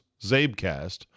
Zabecast